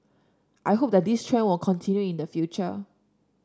I hope that this trend will continue in the future